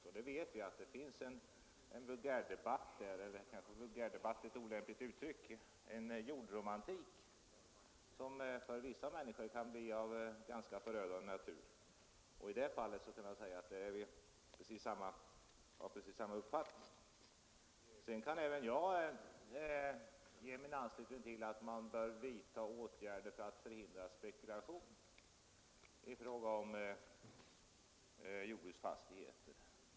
Och vi vet att det finns, jag skall inte säga en vulgärdebatt — det vore kanske ett olämpligt uttryck — men en jordromantik som för vissa människor kan bli av ganska förödande natur, I det fallet har vi precis samma uppfattning. Sedan kan även jag ge min anslutning till att man bör vidta åtgärder för att hindra spekulation i jordbruksfastigheter.